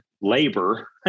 labor